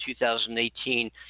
2018